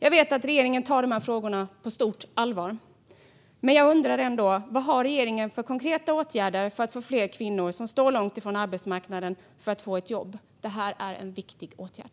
Jag vet att regeringen tar dessa frågor på stort allvar. Men jag undrar ändå vad regeringen har för konkreta åtgärder för att fler kvinnor som står långt från arbetsmarknaden ska få ett jobb. Detta är en viktig åtgärd.